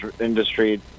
industry